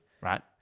Right